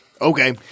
Okay